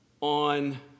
on